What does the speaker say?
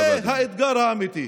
זה האתגר האמיתי.